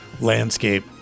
landscape